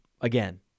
again